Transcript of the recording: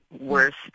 Worst